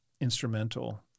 instrumental